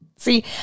See